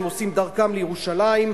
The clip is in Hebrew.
והם עושים דרכם לירושלים,